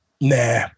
nah